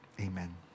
Amen